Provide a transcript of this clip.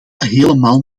helemaal